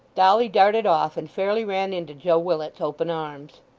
dolly darted off, and fairly ran into joe willet's open arms.